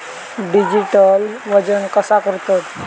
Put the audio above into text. Digital वजन कसा करतत?